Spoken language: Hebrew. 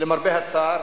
למרבה הצער.